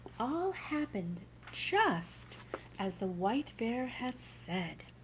all happened just as the white bear had said.